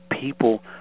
people